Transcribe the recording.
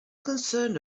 concerned